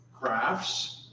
Crafts